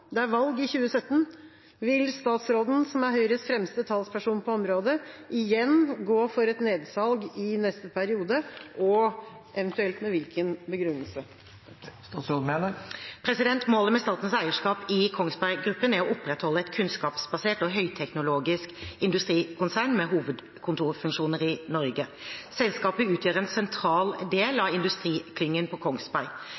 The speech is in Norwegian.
Det er valg i 2017. Vil statsråden, som er Høyres fremste talsperson på området, igjen gå for et nedsalg i neste periode, og med hvilken begrunnelse?» Målet med statens eierskap i Kongsberg Gruppen er å opprettholde et kunnskapsbasert og høyteknologisk industrikonsern med hovedkontorfunksjoner i Norge. Selskapet utgjør en sentral del